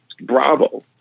Bravo